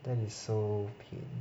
that is so pain